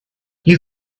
you